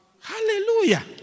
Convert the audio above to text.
Hallelujah